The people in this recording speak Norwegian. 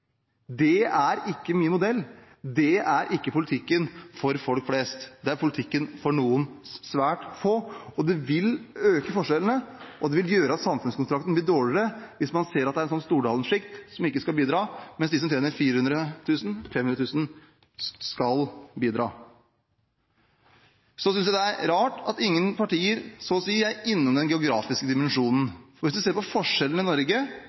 Det er ikke min modell. Det er ikke politikken for folk flest. Det er politikken for noen svært få, det vil øke forskjellene, og det vil gjøre at samfunnskontrakten blir dårligere hvis man ser at det er et «Stordalen-sjikt» som ikke skal bidra, mens de som tjener 400 000–500 000 kr skal bidra. Så synes jeg det er rart at så å si ingen partier er innom den geografiske dimensjonen. Det har vært mange gode innlegg, men hvis man ser på forskjellene i Norge,